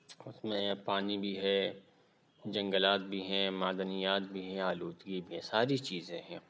اُس میں پانی بھی ہے جنگلات بھی ہیں معدنیات بھی ہیں آلودگی بھی ہے ساری چیزیں ہیں